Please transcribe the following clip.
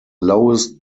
lowest